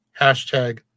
hashtag